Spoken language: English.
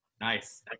nice